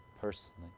personally